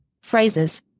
Phrases